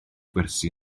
gwersi